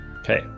Okay